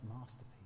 masterpiece